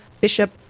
bishop